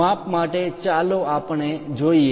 માપ માટે ચાલો આપણે જોઈએ